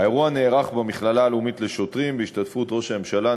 האירוע נערך במכללה הלאומית לשוטרים בהשתתפות ראש הממשלה,